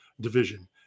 division